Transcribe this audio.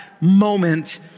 moment